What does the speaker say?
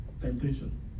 Temptation